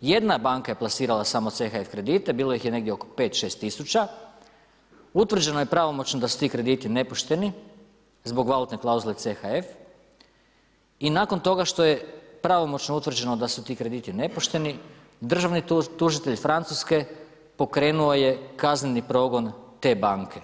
jedna je banka plasirala samo CHF kredite, bilo ih je negdje oko 5, 6 tisuća, utvrđeno je pravomoćno da su ti krediti nepošteni, zbog valutne klauzule CHF i nakon toga što je pravomoćno utvrđeno da su ti krediti nepošteni, državni tužitelj francuske pokrenuo je kazneni progon te banke.